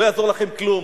לא יעזור לכם כלום,